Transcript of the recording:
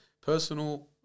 personal